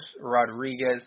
Rodriguez